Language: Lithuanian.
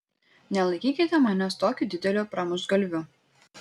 nelaikykite manęs tokiu dideliu pramuštgalviu